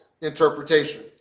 interpretation